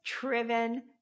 Driven